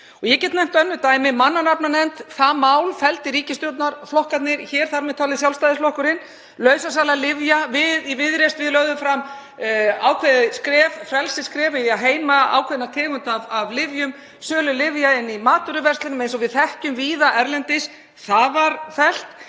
Ég get nefnt önnur dæmi. Mannanafnanefnd, það mál felldu ríkisstjórnarflokkarnir hér, þar með talið Sjálfstæðisflokkurinn. Lausasala lyfja, við í Viðreisn lögðum fram ákveðið skref, frelsisskref, í að heimila sölu ákveðinna tegunda lyfja í matvöruverslunum eins og við þekkjum víða erlendis; það var fellt.